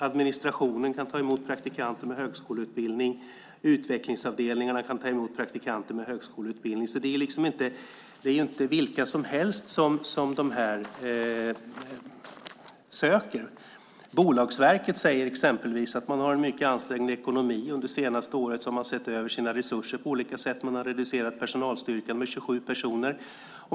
Administrationen kan ta emot praktikanter med högskoleutbildning, och utvecklingsavdelningarna kan ta emot praktikanter med högskoleutbildning. Det är alltså inte vilka som helst de söker. Bolagsverket säger exempelvis att man har en mycket ansträngd ekonomi. Under det senaste året har man sett över sina resurser på olika sätt, och man har reducerat personalstyrkan med 27 personer.